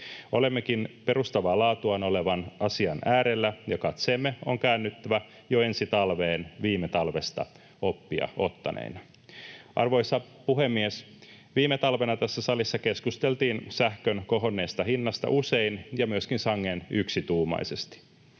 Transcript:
Olemmekin perustavaa laatua olevan asian äärellä, ja katseemme on käännyttävä jo ensi talveen viime talvesta oppia ottaneena. Arvoisa puhemies! Viime talvena tässä salissa keskusteltiin sähkön kohonneesta hinnasta usein ja myöskin sangen yksituumaisesti.